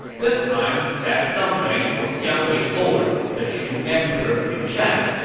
this time, that something was jiang wei' lord, the shu emperor liu shan.